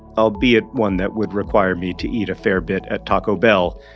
albeit one that would require me to eat a fair bit at taco bell,